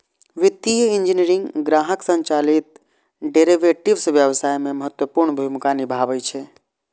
वित्तीय इंजीनियरिंग ग्राहक संचालित डेरेवेटिव्स व्यवसाय मे महत्वपूर्ण भूमिका निभाबै छै